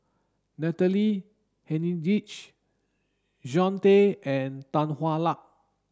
Natalie Hennedige John Tay and Tan Hwa Luck